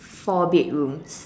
four bedrooms